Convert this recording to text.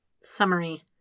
Summary